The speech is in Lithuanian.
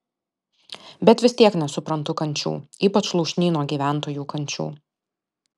bet vis tiek nesuprantu kančių ypač lūšnyno gyventojų kančių